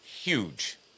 Huge